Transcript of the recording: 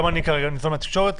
גם אני כרגע ניזון מהתקשורת,